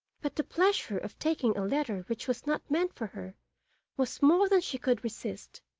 but the pleasure of taking a letter which was not meant for her was more than she could resist,